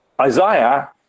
Isaiah